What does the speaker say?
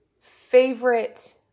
favorite